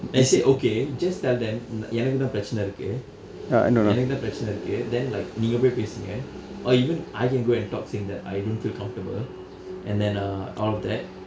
I say okay just tell them எனக்கு தான் பிரச்சனை இருக்கு எனக்கு தான் பிரச்சனை இருக்கு:enakku thaan piracchanai irukku enakku thaan piracchanai irukku then like நீங்க போய் பேசுங்க:niinga poi paesunga or even I can go and talk saying that I don't feel comfortable and then uh all of that